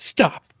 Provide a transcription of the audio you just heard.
Stop